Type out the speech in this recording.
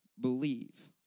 believe